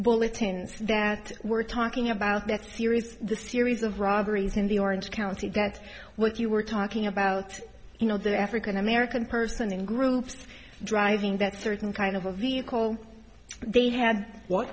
bulletins that we're talking about that here is the series of robberies in the orange county that's what you were talking about you know the african american person in groups driving that certain kind of a vehicle they had what